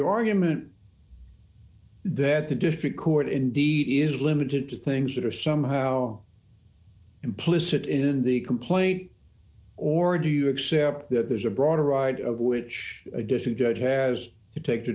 argument that the district court indeed is limited to things that are somehow implicit in the complaint or do you accept that there's a broader right of which additional judge has to take t